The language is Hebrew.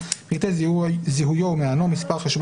"פרטי זיהוי" - מספר זהות,